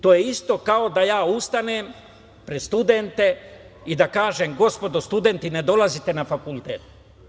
To je isto kao da ja ustanem pred studente i da kažem – gospodo studenti, ne dolazite na fakultet.